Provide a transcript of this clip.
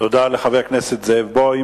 תודה לחבר הכנסת זאב בוים.